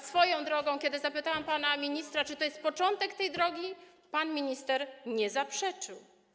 Swoją drogą, kiedy zapytałam pana ministra, czy to jest początek tej drogi, pan minister nie zaprzeczył.